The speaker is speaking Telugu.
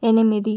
ఎనిమిది